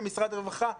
כמשרד הרווחה,